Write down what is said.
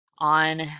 On